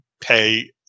pay